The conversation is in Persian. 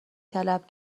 طلب